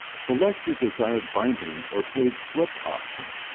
select your desired binding or page flip option.